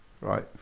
right